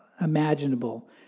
imaginable